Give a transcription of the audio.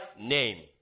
name